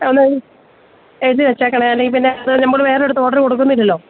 ഒന്ന് എഴുതി വെച്ചേക്കണേ അല്ലെങ്കില്പ്പിന്നെ അത് നമ്മള് വേറെ ഒരിടത്തും ഓര്ഡര് കൊടുക്കുന്നില്ലല്ലോ